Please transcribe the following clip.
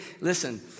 Listen